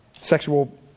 sexual